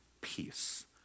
peace